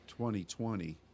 2020